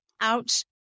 Ouch